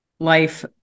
life